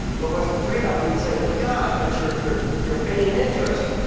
but what's the trade-off? people say, well, yeah. but you're you're you're paying interest.